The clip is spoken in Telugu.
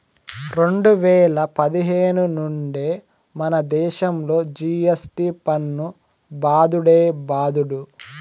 రెండు వేల పదిహేను నుండే మనదేశంలో జి.ఎస్.టి పన్ను బాదుడే బాదుడు